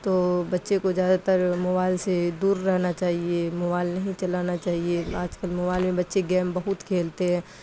تو بچے کو زیادہ تر موائل سے دور رہنا چاہیے موائل نہیں چلانا چاہیے آج کل موائل میں بچے گیم بہت کھیلتے ہیں